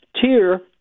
tier